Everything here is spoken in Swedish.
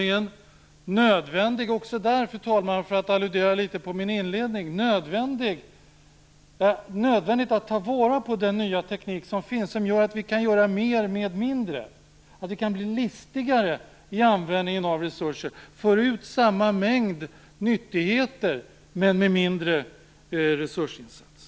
Också när det gäller resurshushållningen är det, för att alludera litet grand på min inledning, nödvändigt att ta vara på den nya tekniken, som gör att vi kan göra mera med mindre - att vi kan bli listigare i användningen av resurser genom att föra ut samma mängd nyttigheter, men med en mindre resursinsats.